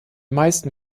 meisten